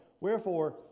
wherefore